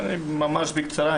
ממש בקצרה.